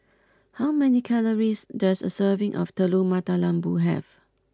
how many calories does a serving of Telur Mata Lembu have